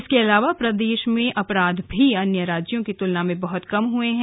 इसके अलावा प्रदेश में अपराध भी अन्य राज्यों की तुलना में बहुत कम हुए हैं